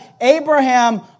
Abraham